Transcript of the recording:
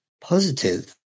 positive